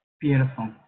Beautiful